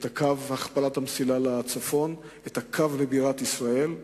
את הכפלת המסילה לצפון, את הקו לבירת ישראל,